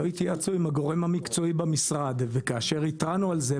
לא התייעצו עם הגורם המקצועי במשרד וכאשר התרענו על זה,